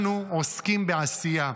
אנחנו עוסקים בעשייה.